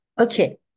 Okay